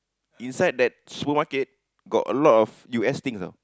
inside that small cake got a lot of U_S things not